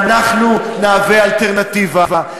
ואנחנו נהווה אלטרנטיבה.